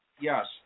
Yes